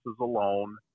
alone